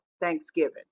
Thanksgiving